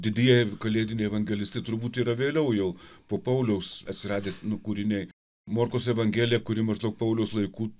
didieji kalėdiniai evangelistai turbūt yra vėliau jau po pauliaus atsiradę nu kūriniai morkaus evangelija kuri maždaug pauliaus laikų